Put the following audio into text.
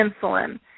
insulin